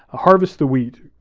harvest the wheat,